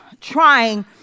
trying